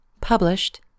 Published